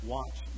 Watch